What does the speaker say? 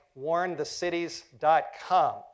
warnthecities.com